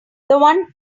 one